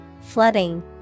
flooding